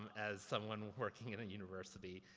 as someone working at a university.